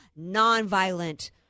nonviolent